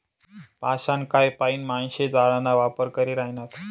पाषाणकाय पाईन माणशे जाळाना वापर करी ह्रायनात